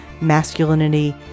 masculinity